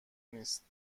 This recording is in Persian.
نیست